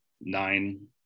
nine